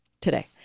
today